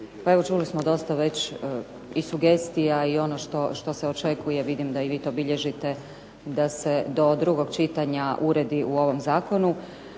čuli smo dosta već i sugestija i ono što se očekuje, vidim da i vi to bilježite, da se do drugog čitanja uredi u ovom zakonu.